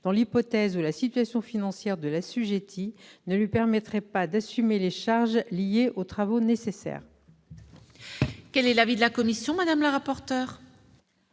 dans l'hypothèse où la situation financière de l'assujetti ne lui permettrait pas d'assumer les charges liées aux travaux nécessaires. Quel est l'avis de la commission ? L'adoption